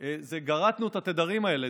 גרטנו את התדרים האלה.